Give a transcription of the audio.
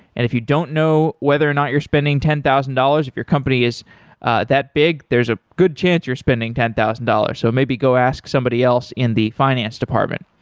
if you don't know whether or not you're spending ten thousand dollars, if your company is that big, there's a good chance you're spending ten thousand dollars. so maybe go ask somebody else in the finance department.